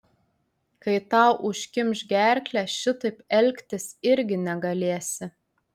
kai tau užkimš gerklę šitaip elgtis irgi negalėsi